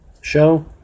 show